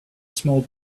small